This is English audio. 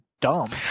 dumb